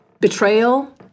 betrayal